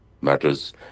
matters